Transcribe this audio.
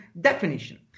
definition